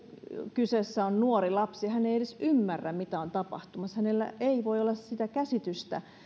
kyseessä on nuori lapsi hän ei edes ymmärrä mitä on tapahtumassa hänellä ei voi olla sitä käsitystä